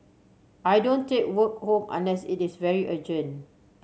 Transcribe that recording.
I don't take work home unless it is very urgent